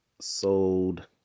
sold